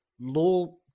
Law